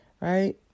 right